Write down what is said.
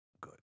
good